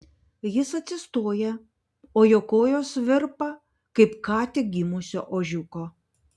jis atsistoja o jo kojos virpa kaip ką tik gimusio ožiuko